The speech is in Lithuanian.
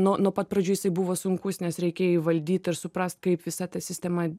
nuo nuo pat pradžių jisai buvo sunkus nes reikėjo įvaldyt ir suprast kaip visa ta sistema